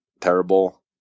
terrible